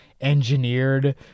engineered